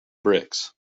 bricks